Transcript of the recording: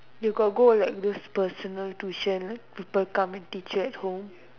you got go like those personal tuition like people come and teach you at home